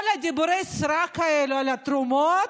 כל דיבורי הסרק האלה על התרומות,